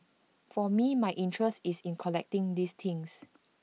for me my interest is in collecting these things